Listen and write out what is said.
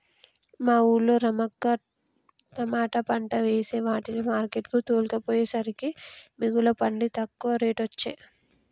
మా వూళ్ళో రమక్క తమాట పంట వేసే వాటిని మార్కెట్ కు తోల్కపోయేసరికే మిగుల పండి తక్కువ రేటొచ్చె